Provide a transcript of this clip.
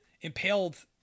impaled